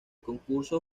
concurso